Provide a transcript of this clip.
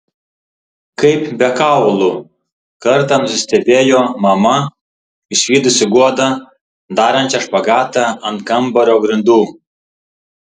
kaip be kaulų kartą nusistebėjo mama išvydusi godą darančią špagatą ant kambario grindų